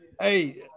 Hey